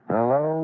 Hello